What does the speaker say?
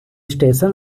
station